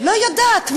לא יודעת.